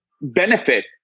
benefit